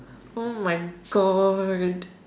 oh my god